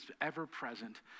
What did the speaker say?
ever-present